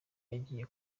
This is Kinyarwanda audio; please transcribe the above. yagiye